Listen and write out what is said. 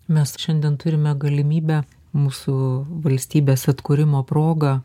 mes šiandien turime galimybę mūsų valstybės atkūrimo proga